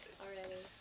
already